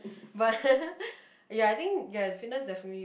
but ya I think ya fitness definitely